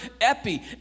epi